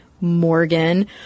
Morgan